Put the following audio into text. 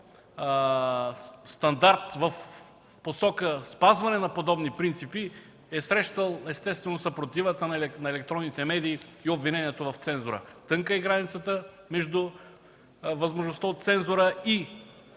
стандарт в посока спазване на подобни принципи, е срещал, естествено, съпротивата на електронните медии и обвиненията в цензура. Тънка е границата между възможността от цензура и